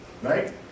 Right